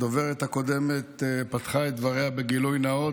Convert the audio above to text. הדוברת הקודמת פתחה את דבריה בגילוי נאות,